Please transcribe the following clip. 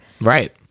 Right